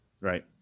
Right